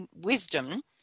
wisdom